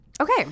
Okay